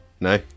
No